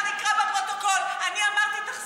אבל אני לא אהיה